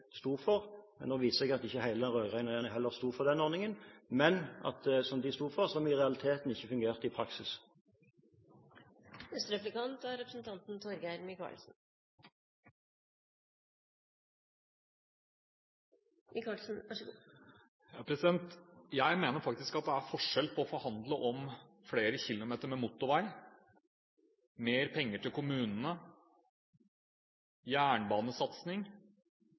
sto for. Nå viser det seg at ikke hele den rød-grønne regjeringen heller sto for den ordningen som de sto for, og som i realiteten ikke fungerte i praksis. Jeg mener faktisk at det er forskjell på å forhandle om flere kilometer med motorvei, mer penger til kommunene, jernbanesatsing